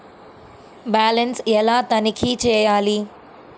Balance ఎలా తనిఖీ చేయాలి?